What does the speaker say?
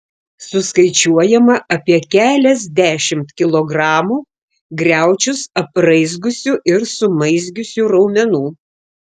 suskaičiuojama apie keliasdešimt kilogramų griaučius apraizgiusių ir sumazgiusių raumenų